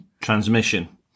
transmission